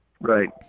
Right